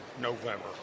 November